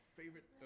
favorite